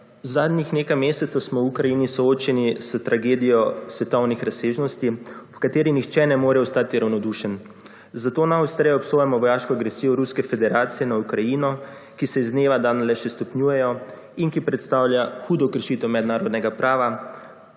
Zadnjih nekaj mesecev smo v Ukrajini soočeni s tragedijo svetovnih razsežnosti v kateri nihče ne more ostati ravnodušen, zato najostreje obsojamo vojaško agresijo ruske federacije na Ukrajino, ki se iz dneva v dan le še stopnjujejo, in ki predstavlja hudo kršitev mednarodnega prava,